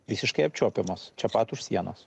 visiškai apčiuopiamos čia pat už sienos